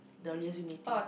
the you meeting